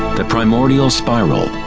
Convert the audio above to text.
the primordial spiral.